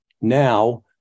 Now